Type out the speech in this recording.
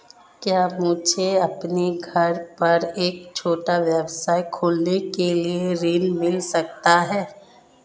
क्या मुझे अपने घर पर एक छोटा व्यवसाय खोलने के लिए ऋण मिल सकता है?